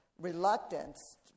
reluctance